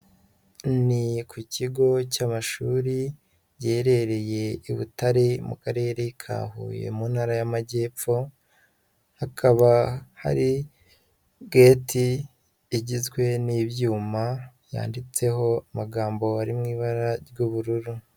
Ni ku kigo cy'amashuri giherereye i Butare, mu karere ka Huye, mu ntara y'amajyepfo, hakaba hari geti igizwe n'ibyuma byanditseho amagambo ari mu ibara ry'ubururu.